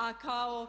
A kao